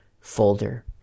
Folder